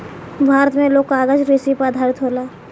भारत मे लोग कागज कृषि पर आधारित होला